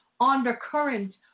undercurrent